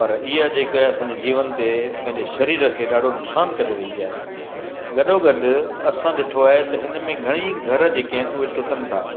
पर इहे जे का असांजे जीवन ते पंहिंजे सरीर खे ॾाढो नुक़सानु करे रही आहे गॾोगॾु असां ॾिठो आहे त हिन में घणेई घर जे के आहिनि उहे टुटन था